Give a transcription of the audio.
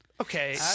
Okay